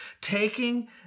taking